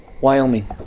Wyoming